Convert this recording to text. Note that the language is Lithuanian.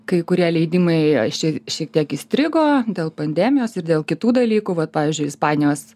kai kurie leidimai aš čia šiek tiek įstrigo dėl pandemijos ir dėl kitų dalykų vat pavyzdžiui ispanijos